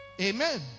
Amen